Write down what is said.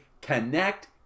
connect